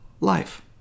life